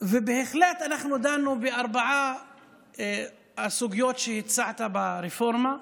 ובהחלט אנחנו דנו בארבע הסוגיות שהצעת ברפורמה.